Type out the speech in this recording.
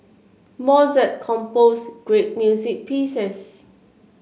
Mozart composed great music pieces